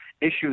issues